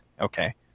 okay